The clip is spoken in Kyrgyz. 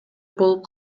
болуп